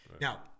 Now